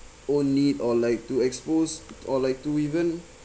only or like to expose or like to even